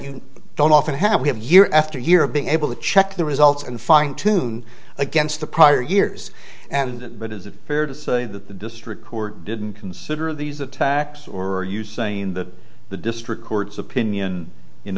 you don't often have we have year after year of being able to check the results and fine tune against the prior years and it is fair to say that the district court didn't consider these attacks or are you saying that the district court's opinion in